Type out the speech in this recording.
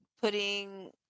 putting